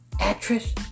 actress